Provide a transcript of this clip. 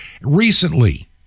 recently